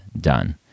done